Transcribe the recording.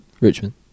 Richmond